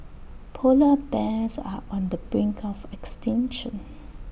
Polar Bears are on the brink of extinction